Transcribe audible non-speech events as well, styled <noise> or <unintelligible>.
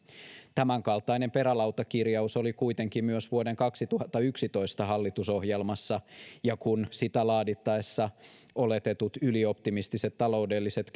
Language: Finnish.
tämänkaltainen perälautakirjaus oli kuitenkin myös vuoden kaksituhattayksitoista hallitusohjelmassa ja kun sitä laadittaessa oletetut ylioptimistiset taloudelliset <unintelligible>